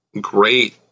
great